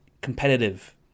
competitive –